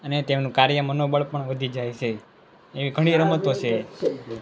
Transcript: અને તેમનું કાર્ય મનોબળ પણ વધી જાય છે એવી ઘણી રમતો છે